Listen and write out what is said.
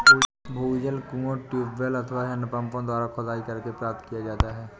भूजल कुओं, ट्यूबवैल अथवा हैंडपम्पों द्वारा खुदाई करके प्राप्त किया जाता है